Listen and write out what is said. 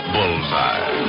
Bullseye